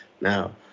Now